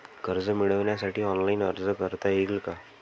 कर्ज मिळविण्यासाठी ऑनलाइन अर्ज करता येईल का?